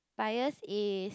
bias is